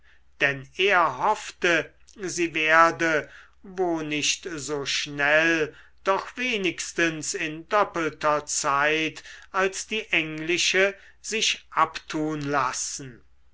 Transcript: denn er hoffte sie werde wo nicht so schnell doch wenigstens in doppelter zeit als die englische sich abtun lassen